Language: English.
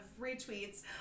retweets